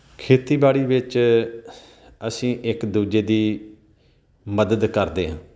ਖੇਤੀਬਾੜੀ ਵਿੱਚ ਅਸੀਂ ਇੱਕ ਦੂਜੇ ਦੀ ਮਦਦ ਕਰਦੇ ਹਾਂ